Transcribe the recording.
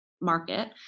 market